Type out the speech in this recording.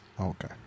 Okay